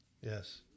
yes